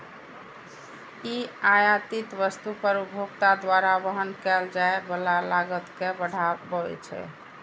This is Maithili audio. ई आयातित वस्तु पर उपभोक्ता द्वारा वहन कैल जाइ बला लागत कें बढ़बै छै